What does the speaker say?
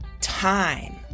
time